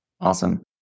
Awesome